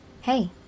Hey